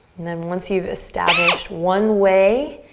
then once you've established one way,